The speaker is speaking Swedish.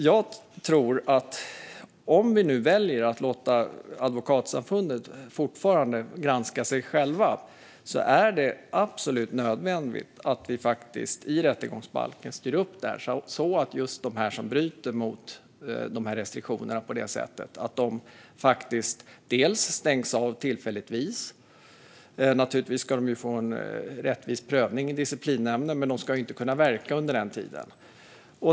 Jag tror att om vi nu väljer att låta Advokatsamfundet fortsätta att granska sig själva är det absolut nödvändigt att vi styr upp detta i rättegångsbalken så att de som bryter mot restriktionerna kan stängas av tillfälligtvis. Naturligtvis ska de få en rättvis prövning i disciplinnämnden, men de ska inte kunna verka under den tiden.